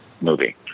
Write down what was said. movie